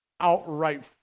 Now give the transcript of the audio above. outright